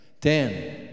ten